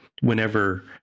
whenever